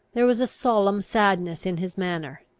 there was a solemn sadness in his manner,